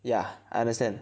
ya I understand